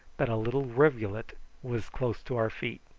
that a little rivulet was close to our feet.